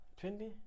Twenty